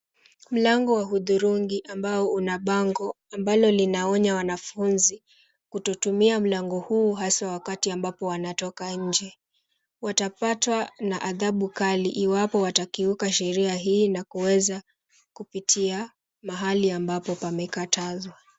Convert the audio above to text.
Mlango wa hudhurungi ambao una bango ambalo linaonya wanafunzi kutotumia mlango huu haswa wakati ambapo wanatoka nje. Watapatwa na adhabu kali iwapo watakiuka sheria hii na kuweza kupitia mahali ambapo pamekatazwa.